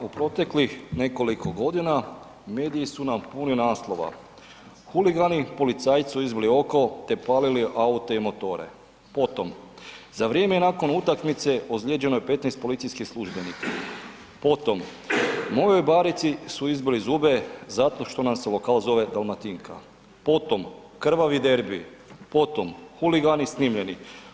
Pa u proteklih nekoliko godina mediji su nam puni naslova: „Huligani policajcu izbili oko te palili aute i motore“, potom „Za vrijeme i nakon utakmice ozlijeđeno je 15 policijskih službenika“, potom „Mojoj Barici su izbili zube zato što nam se lokal zove Dalmatinka“, potom, „Krvavi derbij“, potom, „Huligani snimljeni“